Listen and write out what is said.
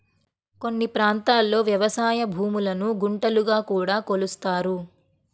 కొన్ని ప్రాంతాల్లో వ్యవసాయ భూములను గుంటలుగా కూడా కొలుస్తారు